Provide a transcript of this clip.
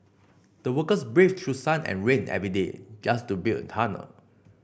the workers braved through sun and rain every day just to build the tunnel